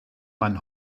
man